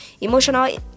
emotional